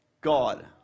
God